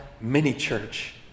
mini-church